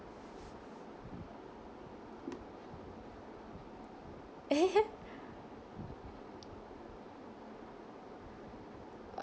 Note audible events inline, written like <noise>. <laughs>